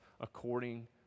according